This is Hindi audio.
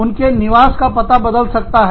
उनके निवास का पता बदल सकता है